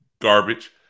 garbage